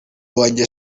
wanjye